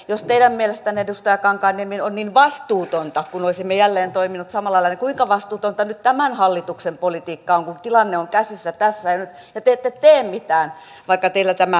jos teidän mielestänne edustaja kankaanniemi on niin vastuutonta kun olisimme jälleen toimineet samalla lailla niin kuinka vastuutonta nyt tämän hallituksen politiikka on kun tilanne on käsissä tässä ja nyt ja te ette te mitään vaikka teillä tämä valtikka on